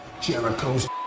Jericho's